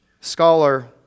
scholar